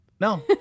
No